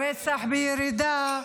-- והרצח בירידה,